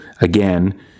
again